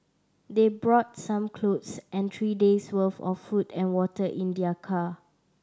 they brought some clothes and three days' worth of food and water in their car